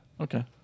okay